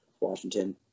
Washington